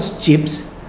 chips